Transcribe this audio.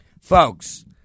Folks